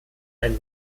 ein